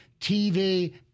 TV